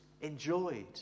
enjoyed